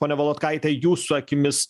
ponia volodkaite jūsų akimis